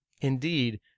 Indeed